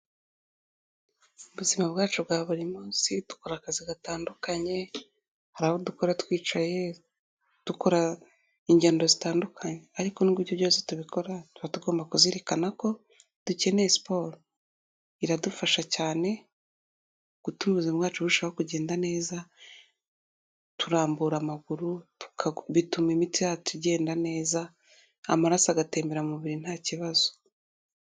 Ubuzima bwacu bwa buri munsi dukora akazi gatandukanye, hari abo dukora twicaye, dukora ingendo zitandukanye ariko nubwo byose tubikora, tuba tugomba kuzirikana ko dukeneye siporo, iradufasha cyane, gutuma ubuzima bwacu burushaho kugenda neza, turambura amaguru, bituma imitsi yacu igenda neza, amaraso agatembera mubiri nta kibazo.